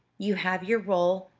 you have your roll,